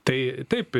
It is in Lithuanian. tai taip